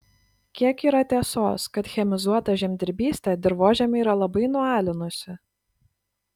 kiek yra tiesos kad chemizuota žemdirbystė dirvožemį yra labai nualinusi